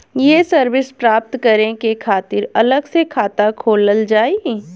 ये सर्विस प्राप्त करे के खातिर अलग से खाता खोलल जाइ?